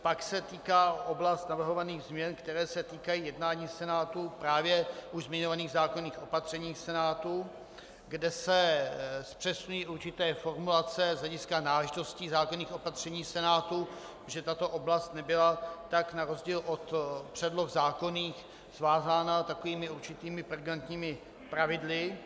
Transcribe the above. Pak se týká oblast navrhovaných změn, které se týkají jednání Senátu, právě už zmiňovaných zákonných opatření Senátu, kde se zpřesňují určité formulace z hlediska náležitostí zákonných opatření Senátu, že tato oblast nebyla na rozdíl od předloh zákonných svázána takovými určitými pregnantními pravidly.